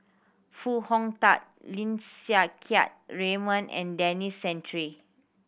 Foo Hong Tatt Lim Siang Keat Raymond and Denis Santry